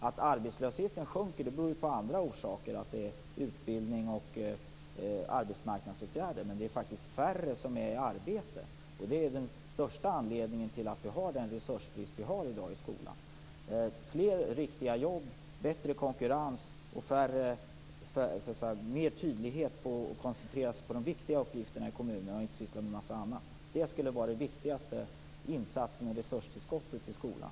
Att arbetslösheten sjunker beror ju på andra saker - utbildning och arbetsmarknadsåtgärder. Men det är faktiskt färre som är i arbete, och det är den främsta anledningen till att vi har den resursbrist som vi har i dag i skolan. Fler riktiga jobb, bättre konkurrens och koncentration på de viktiga uppgifterna i kommunerna i stället för att syssla med en massa annat skulle vara den viktigaste insatsen för skolan och innebära det viktigaste resurstillskottet till den.